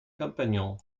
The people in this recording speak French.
compagnon